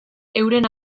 euren